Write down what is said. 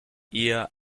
eher